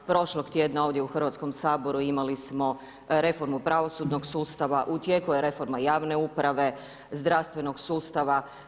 Prošlog tjedna ovdje u Hrvatskom saboru imali smo reformu pravosudnog sustava, u tijeku je reforma javne uprave, zdravstvenog sustava.